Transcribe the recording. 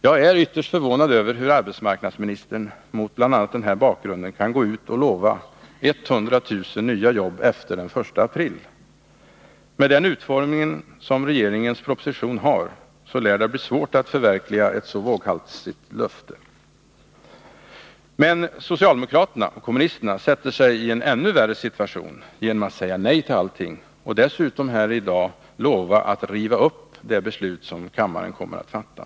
Jag är ytterst förvånad över hur arbetsmarknadsministern mot bl.a. den bakgrunden kan gå ut och lova 100 000 nya jobb efter den 1 april. Med den utformning som regeringens proposition har lär det bli svårt att förverkliga ett så våghalsigt löfte. Men socialdemokraterna och kommunisterna sätter sig i en ännu värre situation genom att säga nej till allting och dessutom här i dag lova att riva upp det beslut som kammaren kommer att fatta.